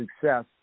success